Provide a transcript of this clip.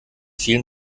vielen